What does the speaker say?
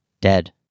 Dead